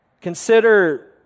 Consider